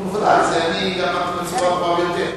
נו, בוודאי, אמרתי את זה בצורה ברורה ביותר.